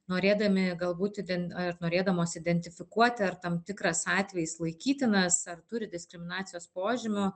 norėdami galbūt iden norėdamos identifikuoti ar tam tikras atvejis laikytinas ar turi diskriminacijos požymių